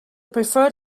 preferred